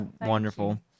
wonderful